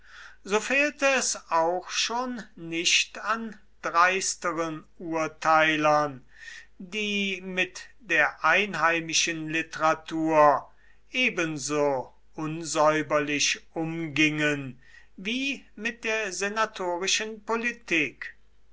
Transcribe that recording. so fehlte es auch schon nicht an dreisteren urteilern die mit der einheimischen literatur ebenso unsäuberlich umgingen wie mit der senatorischen politik